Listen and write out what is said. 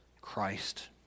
Christ